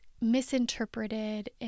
misinterpreted